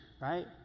right